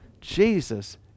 Jesus